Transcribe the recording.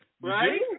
Right